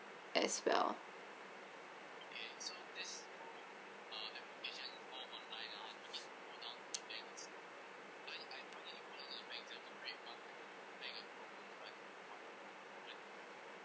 as well